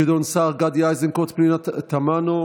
גדעון סער, גדי איזנקוט, פנינה תמנו,